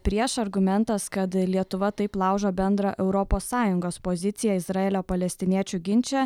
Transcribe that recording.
prieš argumentas kad lietuva taip laužo bendrą europos sąjungos poziciją izraelio palestiniečių ginče